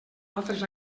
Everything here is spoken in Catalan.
altres